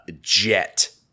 Jet